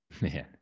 Man